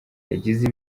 yagize